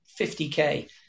50k